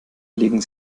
legen